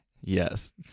Yes